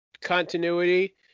continuity